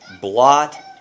blot